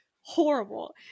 horrible